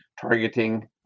targeting